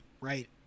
Right